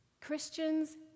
Christians